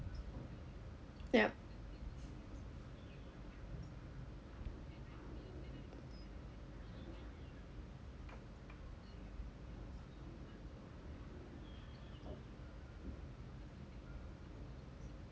ya